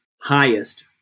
highest